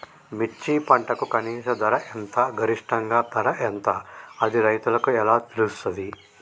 మిర్చి పంటకు కనీస ధర ఎంత గరిష్టంగా ధర ఎంత అది రైతులకు ఎలా తెలుస్తది?